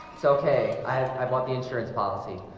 it's okay. i bought the insurance policy.